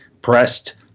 pressed